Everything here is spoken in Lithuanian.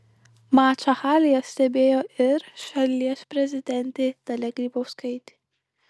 mačą halėje stebėjo ir šalies prezidentė dalia grybauskaitė